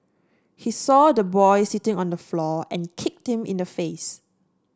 he saw the boy sitting on the floor and kicked him in the face